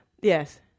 Yes